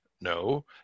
No